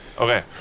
Okay